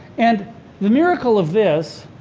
and the miracle of this